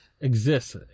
exists